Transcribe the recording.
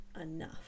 enough